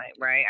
right